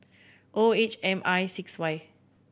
O H M I six Y